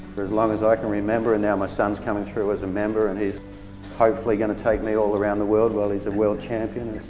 as long as i can remember. and now my son's coming through as a member and he's hopefully going to take me all around the world while he's a world champion.